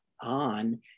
on